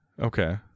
Okay